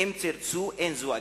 "אם תרצו, אין זו אגדה".